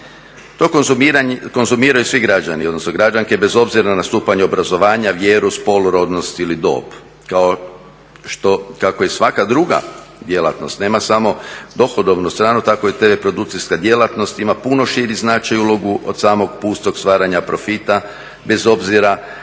To konzumiraju svi građani odnosno građanke bez obzira na stupanj obrazovanja, vjeru, spol, rodnost ili dob. Kao što kako i svaka druga djelatnost nema samo dohodovnu stranu tako i tv produkcijska djelatnost ima puno širi značaj i ulogu od samog pustog stvaranja profita bez obzira da